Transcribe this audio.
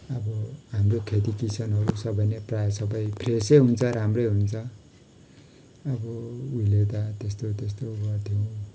अब हाम्रो खेती किसानहरू सबै नै प्रायः सबै फ्रेसै हुन्छ राम्रै हुन्छ अब उहिले त त्यस्तो त्यस्तो गर्थ्यो